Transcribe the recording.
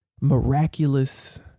miraculous